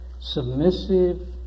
submissive